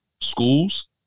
schools